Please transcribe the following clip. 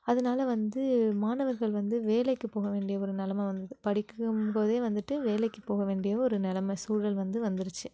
அதனால வந்து மாணவர்கள் வந்து வேலைக்கு போக வேண்டிய ஒரு நெலைம வந்து படிக்கும்போதே வந்துட்டு வேலைக்கு போக வேண்டிய ஒரு நெலைம சூழல் வந்து வந்துருச்சு